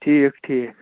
ٹھیٖک ٹھیٖک